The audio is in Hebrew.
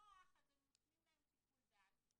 כשנוח אז הם נותנים להם שיקול דעת.